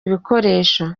ibikoresho